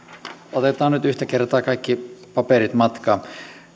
otetaan nyt yhtä kertaa kaikki paperit matkaan